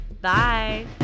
Bye